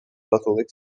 catholic